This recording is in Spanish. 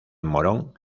morón